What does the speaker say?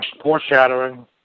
foreshadowing